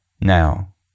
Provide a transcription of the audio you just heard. Now